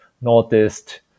noticed